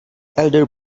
elder